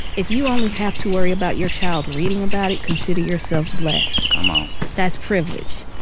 if you only have to worry about your child reading about it, consider yourself blessed come on that's privilege